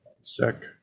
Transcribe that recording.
Sec